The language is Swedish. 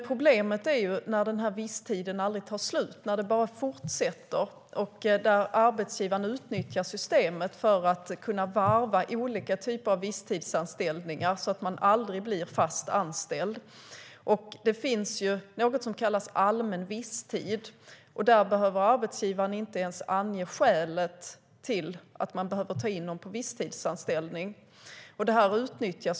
Problemet är när visstiden aldrig tar slut utan bara fortsätter, alltså när arbetsgivaren utnyttjar systemet för att kunna varva olika typer av visstidsanställningar så att man aldrig blir fast anställd. Det finns något som kallas allmän visstid, och där måste arbetsgivaren inte ens ange skälet till att man behöver ta in någon på visstidsanställning. Det här utnyttjas.